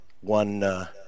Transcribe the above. one